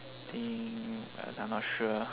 thing I'm not sure